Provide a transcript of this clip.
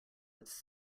its